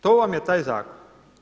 To vam je taj zakon.